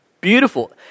Beautiful